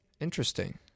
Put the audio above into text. Interesting